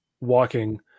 walking